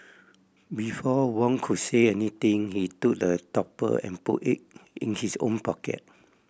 before Wong could say anything he took the topper and put it in his own pocket